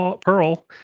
Pearl